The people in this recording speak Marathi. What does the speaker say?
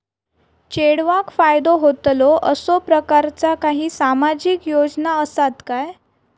चेडवाक फायदो होतलो असो प्रकारचा काही सामाजिक योजना असात काय?